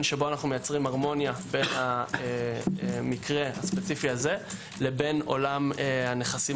שבו אנו מייצרים הרמוניה בין המקרה הספציפי זה לבין עולם הנכסים